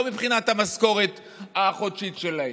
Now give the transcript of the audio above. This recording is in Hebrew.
לא מבחינת המשכורת החודשית שלהם,